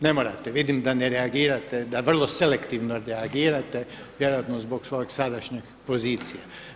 Ne morate, vidim da ne reagirate, da vrlo selektivno reagirate, vjerojatno zbog svog sadašnjeg pozicije.